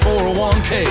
401k